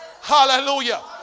Hallelujah